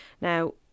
Now